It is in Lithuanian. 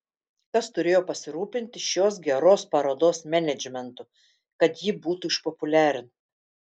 kas turėjo pasirūpinti šios geros parodos menedžmentu kad ji būtų išpopuliarinta